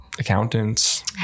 Accountants